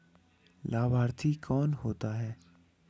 लाभार्थी कौन होता है?